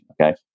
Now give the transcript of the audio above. Okay